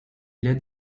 led